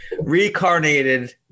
reincarnated